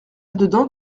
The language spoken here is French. dedans